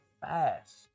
fast